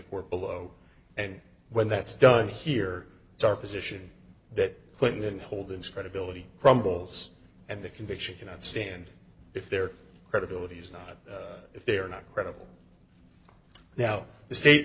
we're below and when that's done here it's our position that clinton hold its credibility crumbles and the conviction cannot stand if their credibility is not if they are not credible now the state